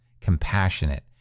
compassionate